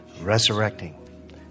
resurrecting